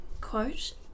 quote